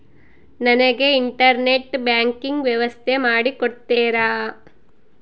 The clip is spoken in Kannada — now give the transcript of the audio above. ನನಗೆ ಇಂಟರ್ನೆಟ್ ಬ್ಯಾಂಕಿಂಗ್ ವ್ಯವಸ್ಥೆ ಮಾಡಿ ಕೊಡ್ತೇರಾ?